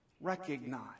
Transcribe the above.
recognize